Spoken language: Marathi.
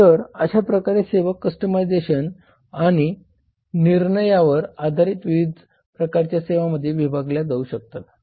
तर अशा प्रकारे सेवा कस्टमाइझेशन आणि निर्णयावर आधारित विविध प्रकारच्या सेवांमध्ये विभागल्या जाऊ शकतात